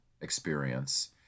experience